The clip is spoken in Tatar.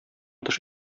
тыш